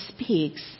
speaks